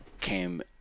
came